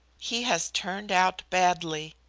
he has turned out badly.